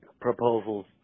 proposals